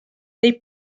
they